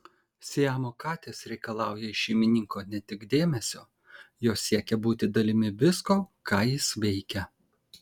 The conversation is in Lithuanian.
siamo katės reikalauja iš šeimininko ne tik dėmesio jos siekia būti dalimi visko ką jis veikia